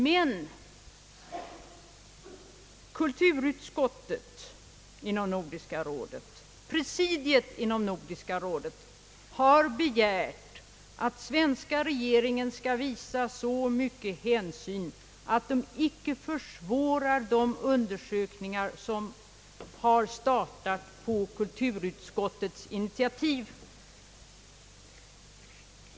Men kulturutskottet inom Nordiska rådet har genom rådspresidiet begärt att svenska regeringen skall visa så mycket hänsyn att den icke försvårar de undersökningar som har startats på kulturutskottets initiativ.